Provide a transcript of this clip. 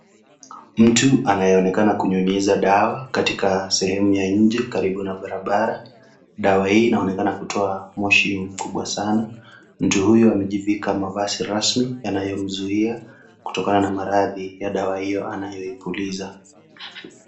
Mtu anayeonekana kunyunyiza dawa katika sehemu ya nje karibu na barabara, dawa hii inaonekana kutoa moshi mkubwa sana, mtu huyu amejivika mavazi rasmi , yanayowazuia kutokana na maradhi ya dawa hiyo anayoipuliza.